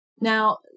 Now